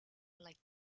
like